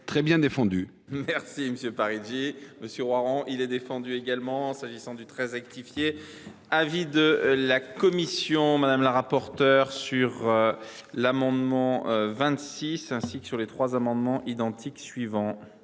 très bien défendu.